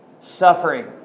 suffering